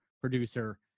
producer